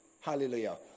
Hallelujah